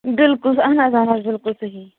بِلکُل اَہَن حظ اَہَن حظ بِلکُل صحیح